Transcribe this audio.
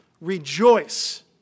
Rejoice